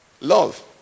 love